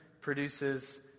produces